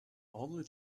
only